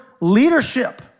leadership